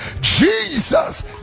Jesus